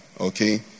okay